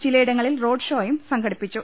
ചിലയിടങ്ങളിൽ റോഡ് ഷോയും സംഘടിപ്പിച്ചു